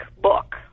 book